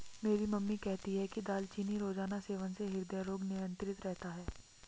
मेरी मम्मी कहती है कि दालचीनी रोजाना सेवन से हृदय रोग नियंत्रित रहता है